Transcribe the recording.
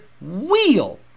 wheel